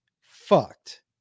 fucked